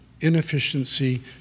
inefficiency